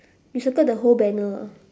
you circle the whole banner